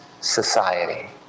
society